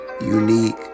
unique